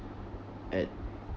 at